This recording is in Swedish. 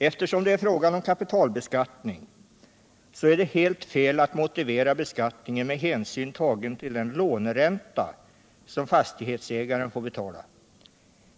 Eftersom det är fråga om kapitalbeskattning är det helt fel att motivera beskattningen med hänsyn tagen till den låneränta som fastighetsägaren får betala.